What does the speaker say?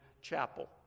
chapel